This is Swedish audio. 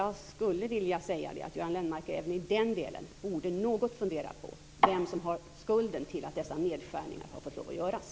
Göran Lennmarker borde även i den delen något fundera över vem som har skulden till att dessa nedskärningar fick lov att göras.